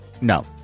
No